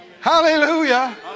Hallelujah